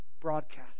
broadcast